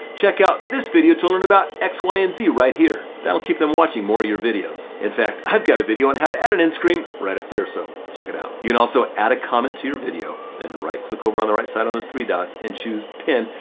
check out this video to learn about x, y, and z right here. that'll keep them watching more of your videos. in fact, i've got a video on how to add an in-screen right up there. so check it out. you can also add a comment to your video then right click over on the right side on those three dots and choose pin.